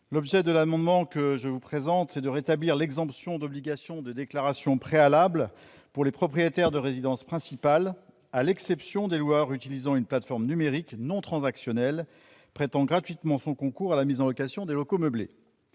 L'objet de cet amendement est de rétablir l'exemption d'obligation de déclaration préalable pour les propriétaires de résidences principales, à l'exception des loueurs utilisant une plateforme numérique non transactionnelle prêtant gratuitement son concours à la mise en location de locaux meublés.